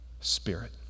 spirit